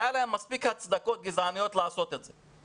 לא היה להם מספיק הצדקות גזעניות לעשות את זה.